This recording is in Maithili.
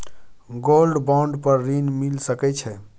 गोल्ड बॉन्ड पर ऋण मिल सके छै?